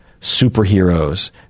superheroes